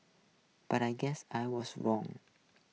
but I guess I was wrong